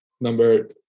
number